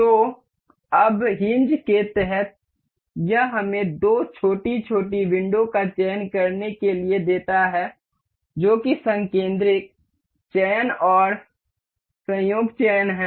तो अब हिन्ज के तहत यह हमें दो छोटी छोटी विंडो का चयन करने के लिए देता है जो कि संकिंद्रिक चयन और संयोग चयन हैं